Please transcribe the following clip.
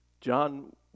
John